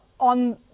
on